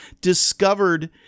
discovered